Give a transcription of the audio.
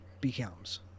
becomes